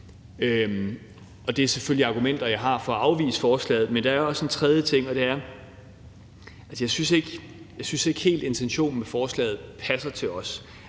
Det er selvfølgelig argumenter, jeg har for at afvise forslaget. Men der er også en tredje ting, og det er: Jeg synes ikke helt, intentionen med forslaget passer til os.